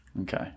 okay